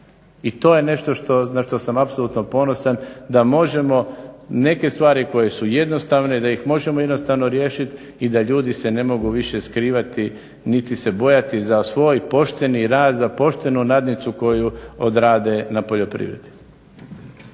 i to je nešto na što sam apsolutno ponosan da možemo neke stvari koje su jednostavne da ih možemo jednostavno riješiti i da se ljudi ne mogu više skrivati niti se bojati za svoj pošteni rad, poštenu nadnicu koju odrade na poljoprivredi.